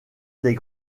des